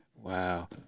wow